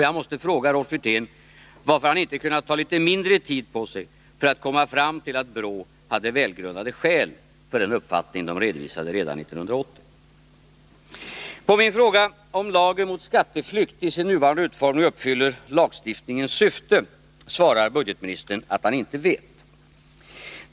Jag måste fråga Rolf Wirtén varför han inte kunnat ta litet mindre tid på sig för att komma fram till att BRÅ hade välgrundade skäl för den uppfattning man redovisade redan 1980. På min fråga om lagen mot skatteflykt i sin nuvarande utformning uppfyller lagstiftningens syfte svarar budgetministern att han inte vet.